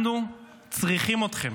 אנחנו צריכים אתכם,